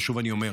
ושוב אני אומר,